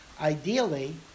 ideally